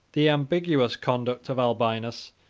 the ambiguous conduct of albinus,